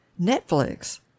Netflix